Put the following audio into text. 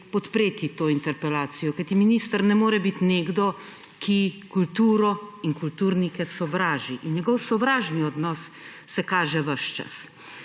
podpreti to interpelacijo, kajti minister ne more biti nekdo, ki kulturo in kulturnike sovraži, in njegov sovražni odnos se kaže ves čas.